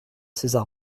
césar